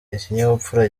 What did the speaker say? ikinyabupfura